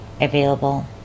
available